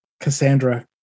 Cassandra